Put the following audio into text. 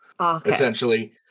essentially